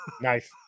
Nice